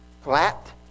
flat